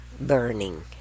burning